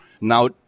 Now